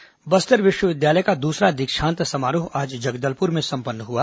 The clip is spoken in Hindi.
दीक्षांत समारोह बस्तर विश्वविद्यालय का दूसरा दीक्षांत समारोह आज जगदलपुर में संपन्न हुआ